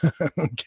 Okay